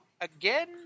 Again